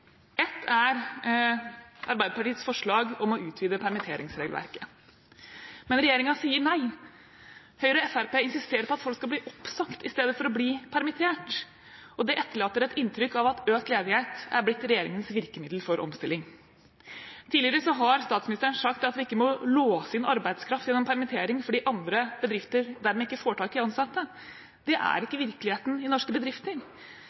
ett er Arbeiderpartiets forslag om å utvide permitteringsregelverket. Men regjeringen sier nei. Høyre og Fremskrittspartiet insisterer på at folk skal bli oppsagt istedenfor å bli permittert, og det etterlater et inntrykk av at økt ledighet er blitt regjeringens virkemiddel for omstilling. Tidligere har statsministeren sagt at vi ikke må låse inn arbeidskraft gjennom permittering fordi andre bedrifter dermed ikke får tak i ansatte. Det er ikke virkeligheten i norske bedrifter.